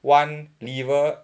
one liver